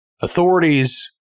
authorities